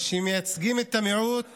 שמייצגים את המיעוט